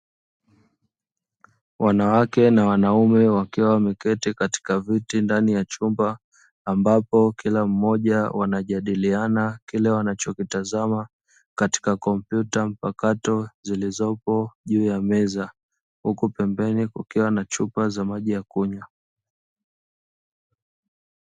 Wanawake na wanaume wakiwa wameketi katika viti ndani ya chumba ambapo kila mmoja wanajadiliana kile wanacho kitazama katika kompyuta mpakato zilizopo juu ya meza, huku pembeni kukiwa na chupa za maji ya kunywa.